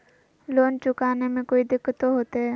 Loan चुकाने में कोई दिक्कतों होते?